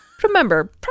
Remember